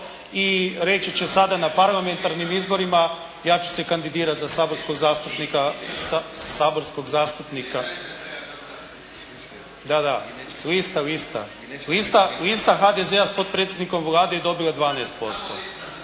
i reći će sada na parlamentarnim izborima ja ću se kandidirati za saborskog zastupnika …… /Upadica se ne čuje./ … Da, da lista. Lista HDZ-a sa potpredsjednikom Vlade je dobila 12%.